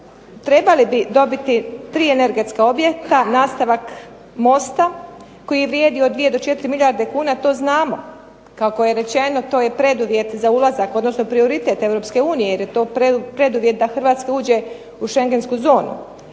trebali bi dobiti 3 energetska objekta, nastavak mosta koji je vrijedi od 2 do 4 milijarde kuna. To znamo. Kako je rečeno to je preduvjet za ulazak, odnosno prioritet Europske unije jer je to preduvjet da Hrvatska uđe u Shengensku zonu.